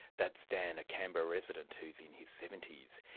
that's dan, a canberra resident who's in his seventy s.